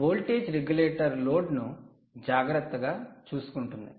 voltage regulator లోడ్ను జాగ్రత్తగా చూసుకుంటుంది